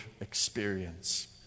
experience